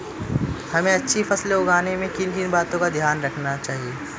हमें अच्छी फसल उगाने में किन किन बातों का ध्यान रखना चाहिए?